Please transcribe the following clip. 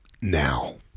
now